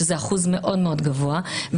שזה אחוז מאוד מאוד גבוה -- לי יש נתונים אחרים לגמרי.